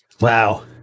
Wow